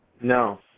No